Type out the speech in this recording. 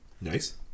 Nice